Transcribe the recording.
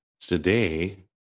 today